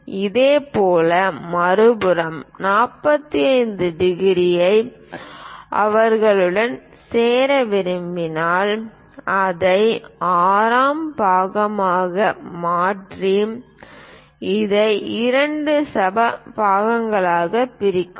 இதேபோல் மறுபுறம் 45 ° ஐ அவர்களுடன் சேர விரும்பினால் அதை 6 ஆம் பாகமாக மாற்றி இதை இரண்டு சம பாகங்களாக பிரிக்கவும்